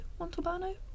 Montalbano